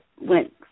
went